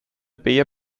beyer